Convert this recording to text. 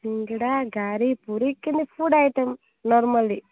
ହୁଁ ସେଇଟା ଗାଁରେ ପୁରୀ କେମତି ଫୁଡ୍ ଆଇଟମ୍ ନରମାଲି